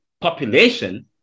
population